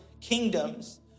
kingdoms